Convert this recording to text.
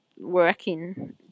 Working